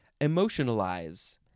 emotionalize